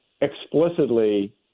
explicitly